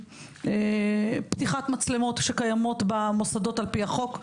פתיחת מצלמות שקיימות במוסדות על-פי החוק.